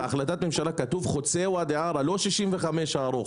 בהחלטת ממשלה כתוב חוצה ואדי ערה, לא 65 הארוך.